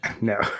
No